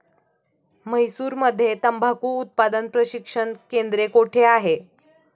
म्हैसूरमध्ये तंबाखू उत्पादन प्रशिक्षण केंद्र कोठे आहे?